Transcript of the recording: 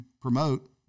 promote